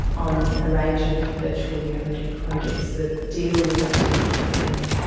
on a range of virtual reality projects that deal with ideas of healing.